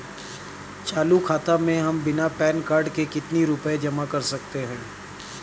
चालू खाता में हम बिना पैन कार्ड के कितनी रूपए जमा कर सकते हैं?